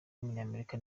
w’umunyamerika